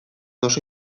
oso